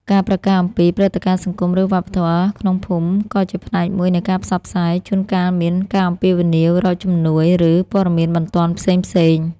ការប្រកាសអំពី ព្រឹត្តិការណ៍សង្គម ឬវប្បធម៌ ក្នុងភូមិក៏ជាផ្នែកមួយនៃការផ្សព្វផ្សាយ ជួនកាលមាន ការអំពាវនាវរកជំនួយ ឬ ព័ត៌មានបន្ទាន់ផ្សេងៗ។